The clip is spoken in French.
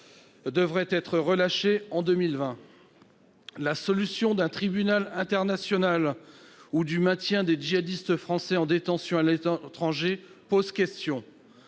devraient être relâchés cette année. Les solutions d'un tribunal international et du maintien des djihadistes français en détention à l'étranger posent question.